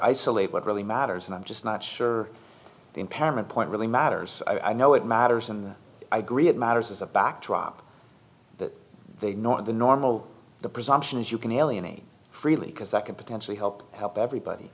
isolate what really matters and i'm just not sure the impairment point really matters i know it matters and i agree it matters as a backdrop that they nor the normal the presumption is you can alienate freely because that can potentially help help everybody